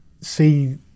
see